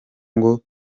ngo